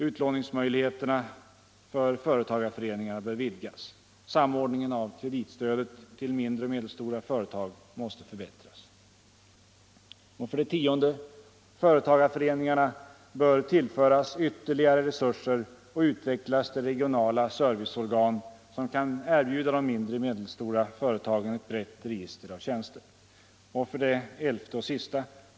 Utlåningsmöjligheterna för företagarföreningar bör vidgas. Samordningen av kreditstödet till mindre och medelstora företag måste förbättras. 10. Företagarföreningarna bör tillföras ytterligare resurser och utvecklas till regionala serviceorgan, som kan erbjuda de mindre och medelstora företagen ett brett register av tjänster. 11.